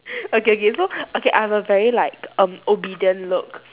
okay okay so okay I have like a very um obedient look